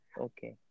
Okay